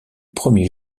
premier